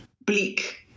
bleak